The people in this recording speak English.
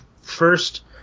first